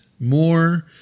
more